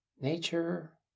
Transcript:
Nature